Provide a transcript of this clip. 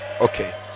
Okay